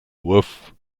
wurf